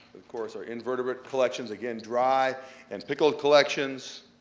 of course, our invertebrate collections again, dried and pickled collections.